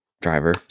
driver